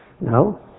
No